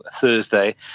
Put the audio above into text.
Thursday